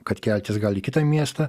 kad keltis gal į kitą miestą